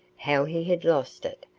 how he had lost it,